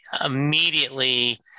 immediately